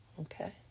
Okay